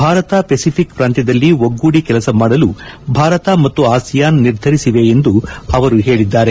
Bharat Pacific ಪ್ರಾಂತ್ಯದಲ್ಲಿ ಒಗ್ಗೂಡಿ ಕೆಲಸ ಮಾಡಲು ಭಾರತ ಮತ್ತು ಆಸಿಯಾನ್ ನಿರ್ಧರಿಸಿವೆ ಎಂದು ಅವರು ಹೇಳಿದ್ದಾರೆ